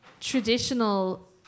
traditional